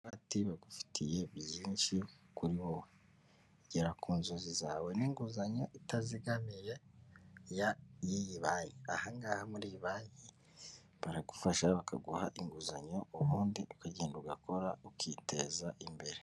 Ati bagufitiye byinshi kuri wowe, gera ku nzozi zawe n'inguzanyo itazigamiye ya iyi banki ahangaha muri banki baragufasha bakaguha inguzanyo, ubundi ukagenda ugakora ukiteza imbere.